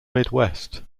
midwest